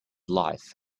life